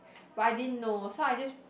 but I didn't know so I just